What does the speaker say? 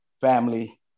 family